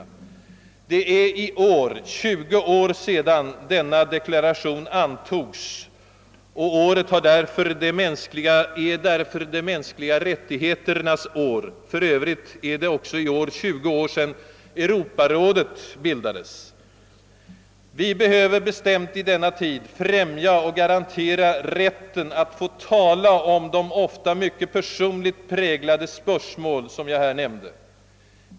Det är i år 20 år sedan denna deklaration antogs och året är därför de mänskliga rättigheternas år. För övrigt är det också 20 år sedan Europarådet bildades. Vi behöver bestämt i denna tid främja och garantera rätten att få tala om de ofta mycket personligt präglade spörsmålen om de grundläggande värdena och livssynen jag här nämnde.